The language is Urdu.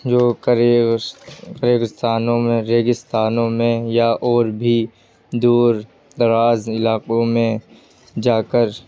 جو کرے ریگستانوں میں ریگستانوں میں یا اور بھی دور دراز علاقوں میں جا کر